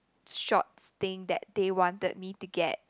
shorts thing that they wanted me to get